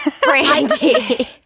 Brandy